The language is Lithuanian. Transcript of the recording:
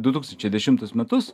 du tūkstančiai dešimtus metus